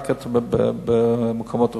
רק למקומות רחוקים.